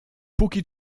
póki